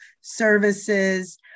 services